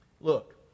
Look